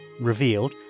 revealed